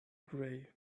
gray